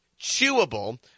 chewable